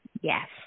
Yes